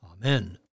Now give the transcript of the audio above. Amen